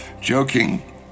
joking